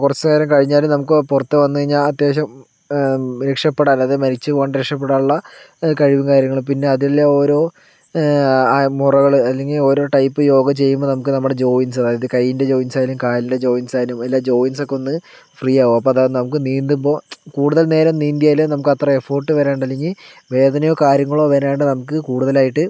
കുറച്ച് നേരം കഴിഞ്ഞാലും നമുക്ക് പുറത്ത് വന്നുകഴിഞ്ഞാൽ അത്യാവിശ്യം രക്ഷപ്പെടാൻ അതായത് മരിച്ച് പോകാണ്ട് രക്ഷപ്പെടാൻ ഉളള കഴിവും കാര്യങ്ങളും പിന്നെ അതില് ഓരോ മുറകള് അല്ലെങ്കിൽ ഓരോ ടൈപ്പ് യോഗ ചെയ്യുമ്പോൾ നമുക്ക് നമ്മുടെ ജോയ്ന്റ്സ് അതായത് കൈയിൻ്റെ ജോയ്ൻസ് ആയാലും കാലിൻ്റെ ജോയ്ൻസ് ആയാലും എല്ലാ ജോയ്ൻസൊക്കെ ഒന്ന് ഫ്രീ ആകും അപ്പോൾ അതാ നമുക്ക് നീന്തുമ്പോൾ കൂടുതൽ നേരം നീന്തിയാലെ നമുക്ക് അത്രയും എഫേർട്ട് വരൂ അല്ലെങ്കിൽ വേദനയോ കാര്യങ്ങളോ വരാണ്ട് നമുക്ക് കൂടുതലായിട്ട്